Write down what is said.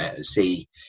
see